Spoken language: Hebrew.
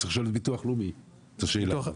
אז צריך לשאול את ביטוח לאומי את השאלה הזאת.